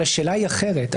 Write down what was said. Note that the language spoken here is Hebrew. השאלה היא אחרת.